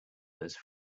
those